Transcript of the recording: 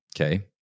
okay